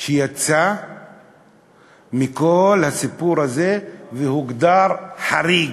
שיצא מכל הסיפור הזה והוגדר חריג,